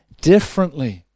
differently